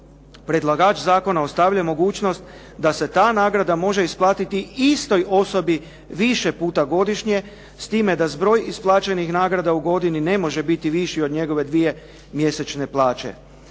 predlagač zakona ostavlja mogućnost da se ta nagrada može isplatiti istoj osobi više puta godišnje s time da zbroj isplaćenih nagrada u godini ne može biti viši od njegove dvije mjesečne plaće.